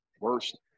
worst